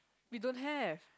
we don't have